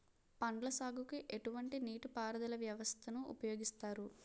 పండ్ల సాగుకు ఎటువంటి నీటి పారుదల వ్యవస్థను ఉపయోగిస్తారు?